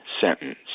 sentence